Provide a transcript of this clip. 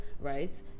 right